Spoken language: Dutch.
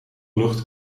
lucht